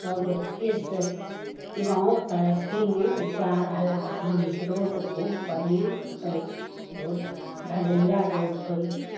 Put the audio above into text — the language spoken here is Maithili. सबचीजसे गाम तरक्कीमे जा रहला हन रोड खूब बढ़िआँ अछि रोड ढलैया रोड अछि